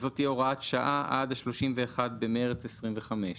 אז זאת תהיה הוראת שעה עד ה 31 במרץ 2025,